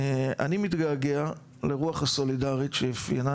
אני מתגעגע לרוח הסולידריות שאפיינה